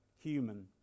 human